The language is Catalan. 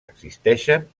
existeixen